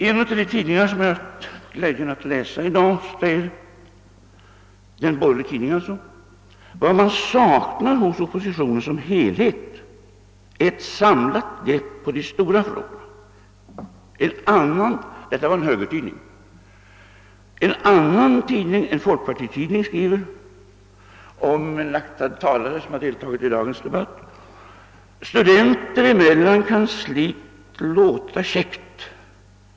En av de tidningar som jag i dag haft glädjen att läsa — en borgerlig alltså — säger, att »Vad man saknar hos opposi tionen som helhet är ett samlat grepp om de stora frågorna». Det är en högertidning som skriver detta. En folkpartitidning skriver om en aktad talare, som har deltagit i dagens debatt: »Studenter emellan kan slikt låta käckt.